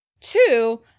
Two